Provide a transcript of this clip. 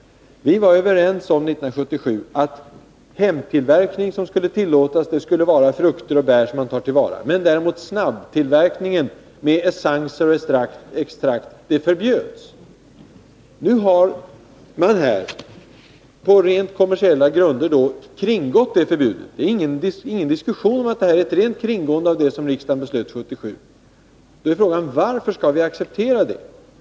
Vi var 1977 överens om att den hemtillverkning som skulle tillåtas skulle vara tillvaratagande av frukter och bär, medan snabbtillverkningen med essenser och extrakt förbjöds. Nu har man på rent kommersiella grunder kringgått det förbudet — det råder ingen diskussion om att det här är ett rent kringgående av det beslut riksdagen fattade 1977. Frågan är då: Varför skall vi acceptera det?